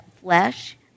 flesh